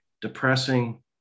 depressing